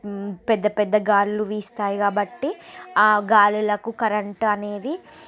పెద్ద పెద్ద గాలులు వీస్తాయి కాబట్టి ఆ గాలులకు కరెంట్ అనేది